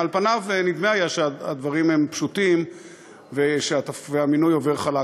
על פניו נדמה היה שהדברים הם פשוטים והמינוי עובר חלק,